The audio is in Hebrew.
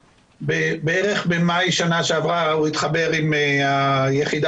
בערך במאי בשנה שעברה הוא התחבר עם היחידה